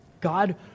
God